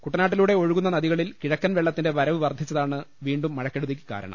കുട്ടനാട്ടിലൂടെ ഒഴുകുന്ന നദികളിൽ കിഴക്കൻ വെള്ളത്തിന്റെ വരവ് വർദ്ധിച്ചതാണ് വീണ്ടും മഴക്കെടുതിക്ക് കാരണം